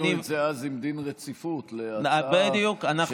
עשינו את זה אז עם דין רציפות להצעה של